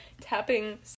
tapping